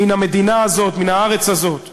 מן המדינה הזאת, מן הארץ הזאת.